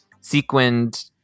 sequined